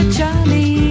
Charlie